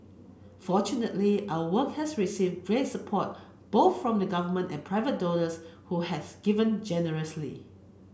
fortunately our work has received support both from the Government and private donors who has given generously